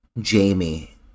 Jamie